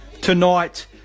tonight